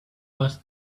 was